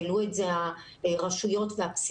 העלו את זה הרשויות והפסיכולוגים.